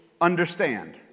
understand